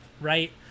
right